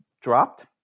dropped